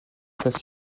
phase